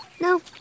No